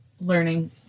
learning